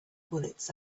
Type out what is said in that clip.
bullets